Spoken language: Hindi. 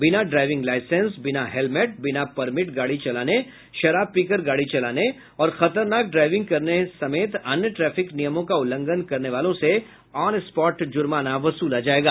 बिना ड्राईविंग लाईसेंस बिना हेलमेट बिना परमिट गाड़ी चलाने शराब पीकर गाड़ी चलाने और खतरनाक ड्राईविंग करने समेत अन्य ट्रैफिक नियमों का उल्लंघन करने वालों से ऑन स्पॉट जूर्माना वसूला जायेगा